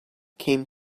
came